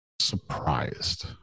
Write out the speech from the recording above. surprised